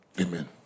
Amen